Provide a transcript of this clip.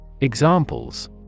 Examples